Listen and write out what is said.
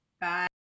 Bye